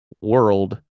world